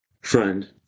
friend